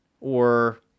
Or-